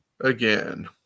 again